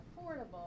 affordable